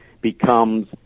becomes